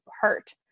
hurt